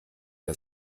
der